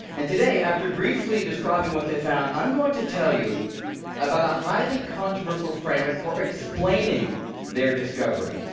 and today, after briefly describing what they found, i'm going to tell you about a highly controversial framework for explaining their discovery,